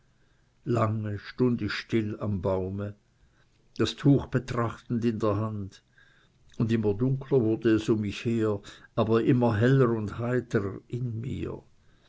lange stund ich still am baume das tuch betrachtend in der hand und immer dunkler wurde es um mich her aber immer heller und heiterer in mir